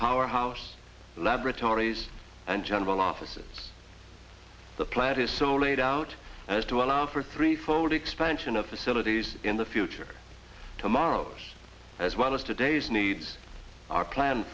power house laboratories and general offices the plant is so laid out as to allow for threefold expansion of the cities in the future tomorrow as well as today's needs are plann